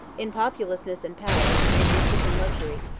in populousness and power, in richness and luxury,